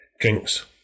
Drinks